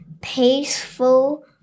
peaceful